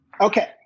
Okay